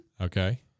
Okay